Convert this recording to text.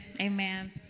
amen